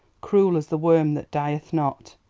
cruel as the worm that dieth not.